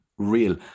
real